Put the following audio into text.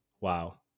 wow